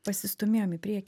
pasistūmėjom į prie